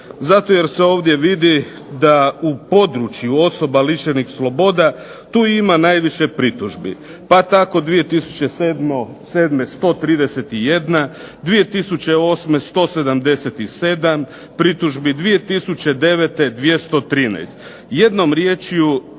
zato jer se ovdje vidi da u području osoba lišenih sloboda tu ima najviše pritužbi. Pa tako 2007. 131, 2008. 177 pritužbi, 2009. 213. Jednom rječju,